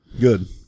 Good